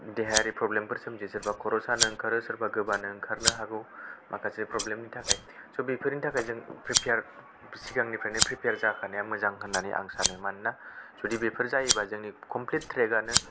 देहायारि प्रब्लेमफोर सोमजियो सोरबा खर' सानो ओंखारो सोरबा गोबानो ओंखारनो हागौ माखासे प्रब्लेमनि थाखाय स' बेफोरनि थाखाय जों सिगांनिफ्रायनो प्रिपेयार जाखानाया मोजां होननानै आं सानो मानोना जुदि बेफोर जायोब्ला जोंनि कमप्लिट ट्रेकआनो